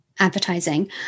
advertising